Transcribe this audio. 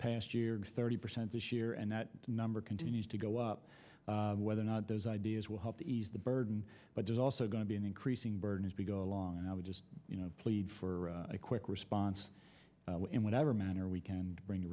past year thirty percent this year and that number continues to go up whether or not those ideas will help to ease the burden but there's also going to be an increasing burden as b go along and i would just you know plead for a quick response in whatever manner we can bring